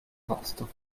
vasto